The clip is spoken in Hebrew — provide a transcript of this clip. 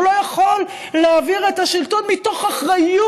הוא לא יכול להעביר את השלטון מתוך אחריות.